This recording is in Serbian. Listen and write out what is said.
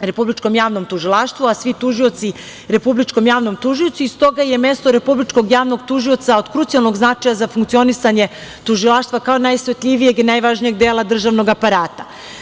Republičkom javnom tužilaštvu, a svi tužioci Repbuličkom javnom tužiocu i stoga je mesto Republičkog javnog tužioca od krucijalnog značaja za funkcionisanje tužilaštva kao najosetljivijeg i najvažnijeg dela državnog aparata.